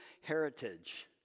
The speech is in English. heritage